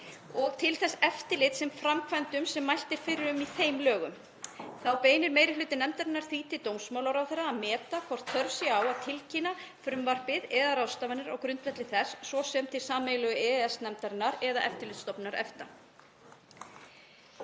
og til þess eftirlits með framkvæmdum sem mælt er fyrir um í þeim lögum. Þá beinir meiri hluti nefndarinnar því til dómsmálaráðherra að meta hvort þörf sé á að tilkynna frumvarpið eða ráðstafanir á grundvelli þess, svo sem til sameiginlegu EES-nefndarinnar eða Eftirlitsstofnunar EFTA.